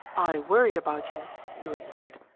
i worried about you, he replied,